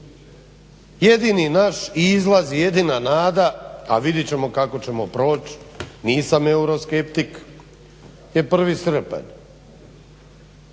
Jedini naš izlaz, jedina nada a vidit ćemo kako ćemo proć, nisam euroskeptik taj 1. srpanj,